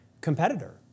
competitor